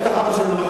יש לך אבא שהוא,